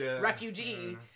refugee